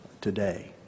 today